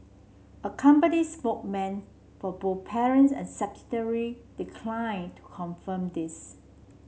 a company spoke man for both parents and subsidiary decline to confirm this